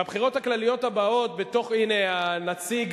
בבחירות הכלליות הבאות, בתוך, הנה נציג